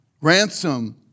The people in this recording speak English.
Ransom